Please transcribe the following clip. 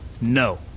No